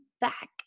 back